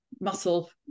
muscle